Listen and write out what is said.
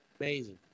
Amazing